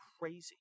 crazy